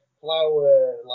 flower